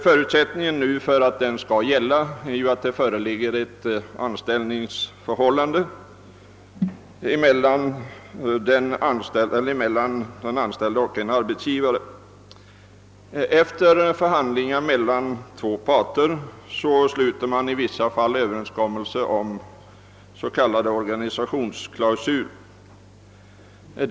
Förutsättningen för att den skall gälla är att det föreligger ett anställningsförhållande mellan anställd och arbetsgivare. Efter förhandlingar mellan två parter träffas i vissa fall överenskommelse om s.k. organisationsklausul.